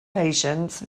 patients